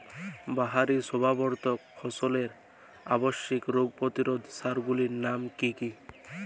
বাহারী শোভাবর্ধক ফসলের আবশ্যিক রোগ প্রতিরোধক সার গুলির নাম কি কি?